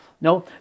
No